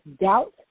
doubt